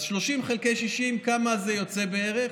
30 חלקי 60, כמה זה יוצא בערך?